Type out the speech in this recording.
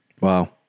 Wow